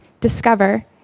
Discover